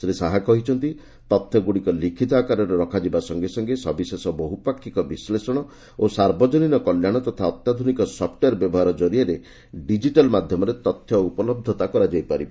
ଶ୍ରୀ ଶାହା କହିଛନ୍ତି ତଥ୍ୟଗୁଡ଼ିକ ଲିଖିତ ଆକାରରେ ରଖାଯିବା ସଙ୍ଗେ ସଙ୍ଗେ ସବିଶେଷ ବହୁପାକ୍ଷିକ ବିଶ୍ଳେଷଣ ଓ ସାର୍ବଜନୀନ କଲ୍ୟାଣ ତଥା ଅତ୍ୟାଧୁନିକ ସପ୍ଟିୱେୟାର୍ ବ୍ୟବହାର କରିଆରେ ଡିଜିଟାଲ୍ ମାଧ୍ୟମରେ ତଥ୍ୟ ଉପଲବ୍ଧତା କରାଯାଇ ପାରିବ